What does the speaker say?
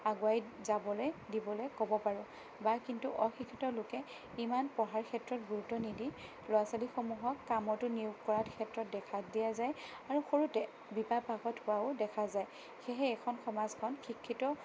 আগুৱাই যাবলৈ দিবলেৈ ক'ব পাৰোঁ বা কিন্তু অশিক্ষিত লোকে ইমান পঢ়াৰ ক্ষেত্ৰত গুৰুত্ব নিদি ল'ৰা ছোৱালীসমূহক কামতো নিয়োগ কৰাৰ ক্ষেত্ৰত দেখা দিয়া যায় আৰু সৰুতে বিবাহ পাশত হোৱাও দেখা যায় সেয়েহে এখন সমাজখন শিক্ষিত